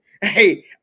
Hey